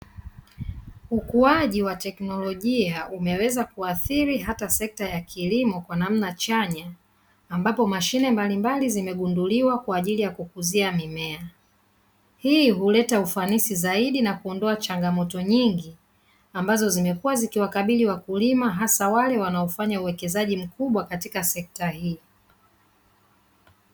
Ukuaji wa teknolijia umeweza kuathiri hata sekta ya kilimo kwa namna chanya, ambapo mashine mbalimbali zimegunduliwa kwa ajili ya kukuzia mimea. Hii huleta ufanisi zaidi na kuondoa changamoto nyingi ambazo zimekuwa zikiwakabili wakulima hasa wale wanaofanya uwekezaji mkubwa katika sekta hii.